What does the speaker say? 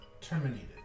terminated